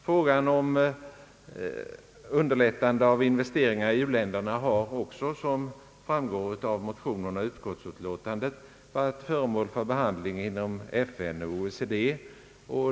Frågan om underlättande av investeringar i u-länderna har, såsom framgår av motionerna och utskottsutlåtandet, varit föremål för behandling inom FN och OECD.